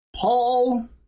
Paul